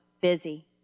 busy